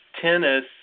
tennis